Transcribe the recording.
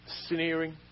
sneering